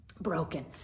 broken